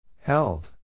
Held